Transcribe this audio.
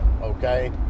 Okay